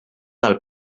del